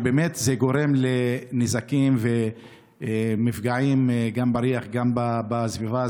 שזה גורם לנזקים ולמפגעים גם בריח וגם בסביבה,